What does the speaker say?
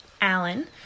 Alan